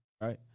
right